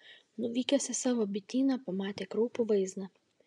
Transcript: nuvykęs į savo bityną pamatė kraupų vaizdą